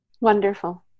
Wonderful